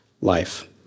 life